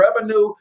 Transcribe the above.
revenue